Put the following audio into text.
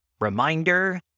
Reminder